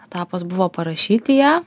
etapas buvo parašyti ją